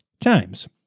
times